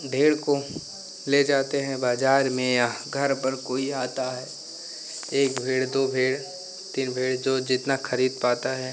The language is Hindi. भेड़ को ले जाते हैं बाज़ार में या घर पर कोई आता है एक भेड़ दो भेड़ तीन भेड़ जो जितना खरीद पाता है